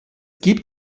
gibt